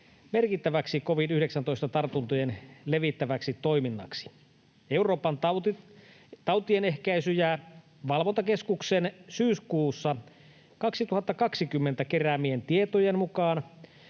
merkittäväksi covid-19-tartuntoja levittäväksi toiminnaksi. Euroopan tautienehkäisy‑ ja ‑valvontakeskuksen syyskuussa 2020 keräämien tietojen mukaan